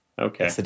Okay